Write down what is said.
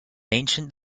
ancient